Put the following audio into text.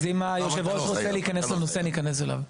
אז אם היושב ראש רוצה להיכנס לנושא אני אכנס אליו.